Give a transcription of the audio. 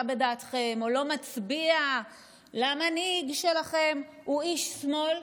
בדעתכם ולא מצביע למנהיג שלכם הוא איש שמאל,